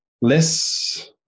less